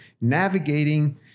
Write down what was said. navigating